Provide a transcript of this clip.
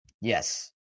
Yes